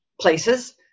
places